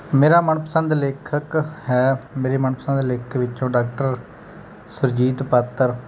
ਮੇਰਾ ਮਨਪਸੰਦ ਲੇਖਕ ਹੈ ਮੇਰੇ ਮਨਪਸੰਦ ਲੇਖਕ ਵਿੱਚੋਂ ਡਾਕਟਰ ਸੁਰਜੀਤ ਪਾਤਰ